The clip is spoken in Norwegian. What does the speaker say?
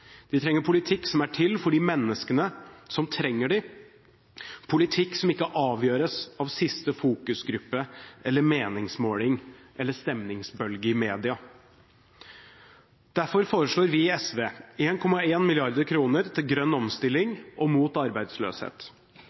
de trenger en politikk som er til for de menneskene som trenger det, politikk som ikke avgjøres av siste fokusgruppe, meningsmåling eller stemningsbølge i media. Derfor foreslår vi i SV 1,1 mrd. kr til grønn omstilling og mot arbeidsløshet.